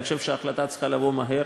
אני חושב שההחלטה צריכה לבוא מהר.